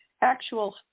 actual